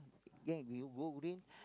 gang you go green